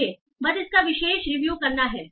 मुझे बस इसका विशेष रिव्यू करना है